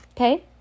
Okay